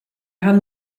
haben